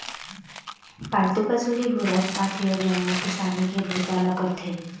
पालतू पशु ले गोरस पाथे अउ जम्मो किसानी के बूता ल करथे